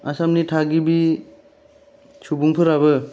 आसामनि थागिबि सुबुंफोराबो